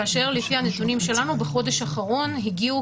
כאשר לפי הנתונים שלנו בחודש האחרון הגיעו